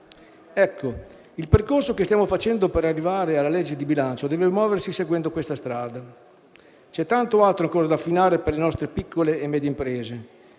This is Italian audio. Il percorso che stiamo facendo per arrivare alla legge di bilancio deve muoversi seguendo questa strada. C'è tanto altro ancora da affinare per le nostre piccole e medie imprese.